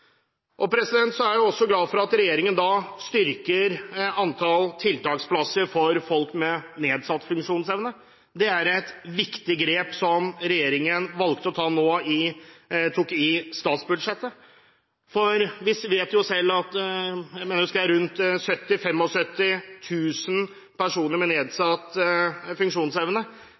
Så er jeg også glad for at regjeringen styrker antall tiltaksplasser for folk med nedsatt funksjonsevne. Det er et viktig grep som regjeringen har valgt å ta nå i statsbudsjettet. Vi vet jo at det er rundt 70 000–75 000 personer – mener jeg å huske at det var – med nedsatt funksjonsevne,